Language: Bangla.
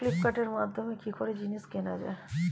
ফ্লিপকার্টের মাধ্যমে কি করে জিনিস কেনা যায়?